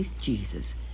Jesus